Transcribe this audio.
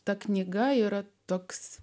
ta knyga yra toks